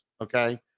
okay